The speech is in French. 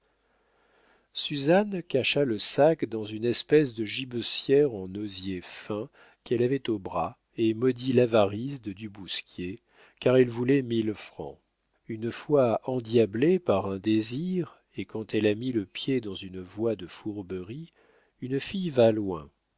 suzanne cacha le sac dans une espèce de gibecière en osier fin qu'elle avait au bras et maudit l'avarice de du bousquier car elle voulait mille francs une fois endiablée par un désir et quand elle a mis le pied dans une voie de fourberies une fille va loin